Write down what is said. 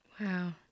Wow